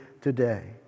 today